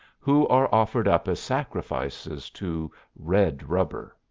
who are offered up as sacrifices to red rubber.